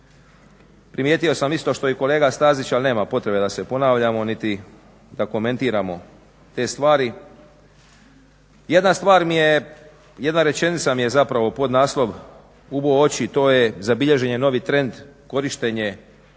primijetio sam isto što i kolega Stazić, ali nema potrebe da se ponavljamo niti da komentiramo te stvari, jedna stvar jedna rečenica mi je zapravo podnaslov ubo oči to je zabilježen je novi trend korištenje